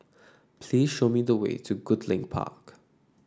please show me the way to Goodlink Park